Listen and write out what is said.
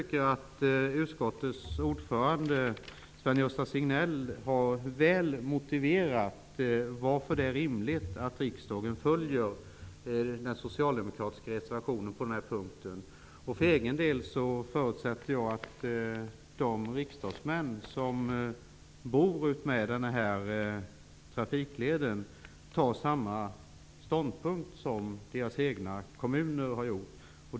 Utskottets ordförande, Sven-Gösta Signell, har väl motiverat varför det är rimligt att riksdagen följer den socialdemokratiska reservationen på den här punkten. För egen del förutsätter jag att de riksdagsledamöter som bor utmed den här trafikleden intar samma ståndpunkt som deras egna hemkommuner har gjort.